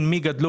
מרחבים,